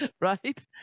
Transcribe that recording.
Right